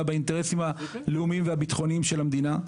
באינטרסים הלאומיים והביטחוניים של המדינה.